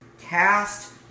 cast